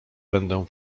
będę